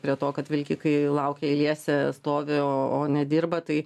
prie to kad vilkikai laukia eilėse stovi o o nedirba tai